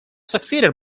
succeeded